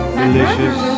delicious